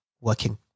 working